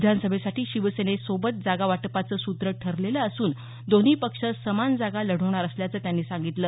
विधानसभेसाठी शिवसेनेसोबत जागावाटपांचं सूत्र ठरलेलं असून दोन्ही पक्ष समान जागा लढवणार असल्याचं त्यांनी सांगितलं